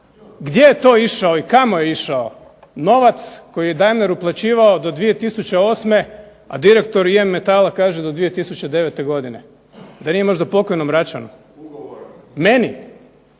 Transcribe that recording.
gdje je to išao i kamo je išao novac koji je Daimler uplaćivao do 2008., a direktor IM Metala kaže do 2009. godine? Da nije možda pokojnom Račanu? Meni?